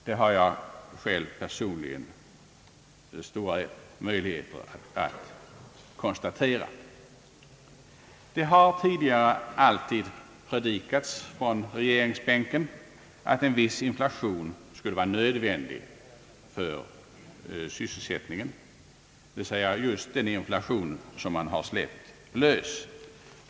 Det har jag personligen haft stora möjligheter att konstatera. Det har tidigare alltid predikats från regeringsbänken att en viss inflation skulle vara nödvändig för sysselsättningen, dvs. just den inflation som man har släppt lös.